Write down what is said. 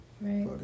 Right